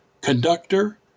conductor